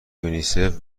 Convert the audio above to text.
یونیسف